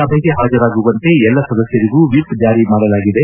ಸಭೆಗೆ ಹಾಜರಾಗುವಂತೆ ಎಲ್ಲ ಸದಸ್ಕರಿಗೂ ಎಪ್ ಜಾರಿ ಮಾಡಲಾಗಿದೆ